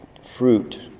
fruit